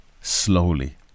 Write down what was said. slowly